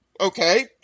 Okay